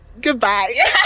Goodbye